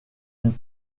une